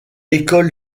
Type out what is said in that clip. école